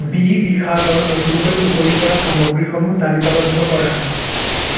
B বিশালৰ নতুনকৈ মুকলি কৰা সামগ্ৰীসমূহ তালিকাবদ্ধ কৰা